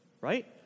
Right